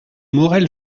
morel